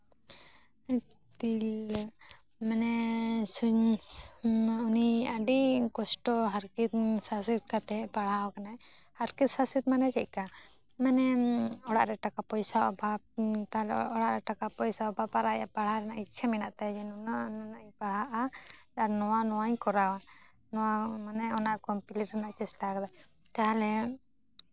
ᱛᱤᱨᱞᱟᱹ ᱢᱟᱱᱮ ᱩᱱᱤ ᱟᱹᱰᱤ ᱠᱚᱥᱴᱚ ᱦᱟᱨᱠᱮᱛ ᱥᱟᱥᱮᱛ ᱠᱟᱛᱮᱜ ᱯᱟᱲᱦᱟᱣ ᱟᱠᱟᱱᱟᱭ ᱦᱟᱨᱠᱮᱛ ᱥᱟᱥᱮᱛ ᱢᱟᱱᱮ ᱪᱮᱫᱠᱟ ᱢᱟᱱᱮ ᱚᱲᱟᱜ ᱨᱮ ᱴᱟᱠᱟ ᱯᱚᱭᱥᱟ ᱚᱵᱷᱟᱵ ᱟᱡ ᱯᱟᱲᱦᱟᱜ ᱨᱮ ᱤᱪᱪᱷᱟᱹ ᱢᱮᱱᱟᱜ ᱛᱟᱭ ᱡᱮᱱᱚ ᱚᱱᱟ ᱱᱤᱱᱟᱹᱜ ᱤᱧ ᱯᱟᱲᱦᱟᱜᱼᱟ ᱟᱨ ᱱᱚᱣᱟ ᱱᱚᱣᱟᱧ ᱠᱚᱨᱟᱣᱟ ᱱᱚᱣᱟ ᱢᱟᱱᱮ ᱠᱚᱢᱯᱞᱤᱴ ᱨᱮᱱᱟᱜ ᱪᱮᱥᱴᱟ ᱟᱠᱟᱫᱟᱭ ᱛᱟᱦᱚᱞᱮ